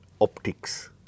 optics